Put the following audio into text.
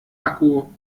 akku